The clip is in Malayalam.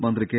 മന്ത്രി കെ